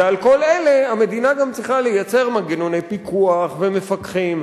ועל כל אלה המדינה גם צריכה לייצר מנגנוני פיקוח ומפקחים.